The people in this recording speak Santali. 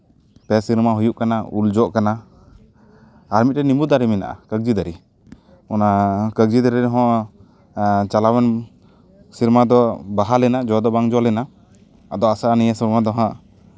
ᱯᱮ ᱥᱮᱨᱢᱟ ᱦᱩᱭᱩᱜ ᱠᱟᱱᱟ ᱩᱞ ᱡᱚᱜ ᱠᱟᱱᱟ ᱟᱨ ᱢᱤᱫᱴᱮᱱ ᱱᱤᱵᱩ ᱫᱟᱨᱮ ᱢᱮᱱᱟᱜᱼᱟ ᱠᱟᱹᱵᱽᱡᱤ ᱫᱟᱨᱮ ᱚᱱᱟ ᱠᱟᱹᱵᱽᱡᱤ ᱫᱟᱨᱮ ᱨᱮᱦᱚᱸ ᱪᱟᱞᱟᱣᱮᱱ ᱥᱮᱨᱢᱟ ᱫᱚ ᱵᱟᱦᱟ ᱞᱮᱱᱟ ᱡᱚ ᱫᱚ ᱵᱟᱝ ᱡᱚ ᱞᱮᱱᱟ ᱟᱫᱚ ᱟᱥᱟᱜᱼᱟ ᱱᱤᱭᱟᱹ ᱥᱚᱢᱚᱭ ᱫᱚ ᱦᱟᱜ